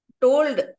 told